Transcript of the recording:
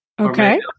Okay